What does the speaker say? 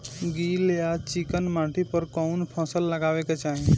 गील या चिकन माटी पर कउन फसल लगावे के चाही?